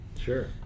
Sure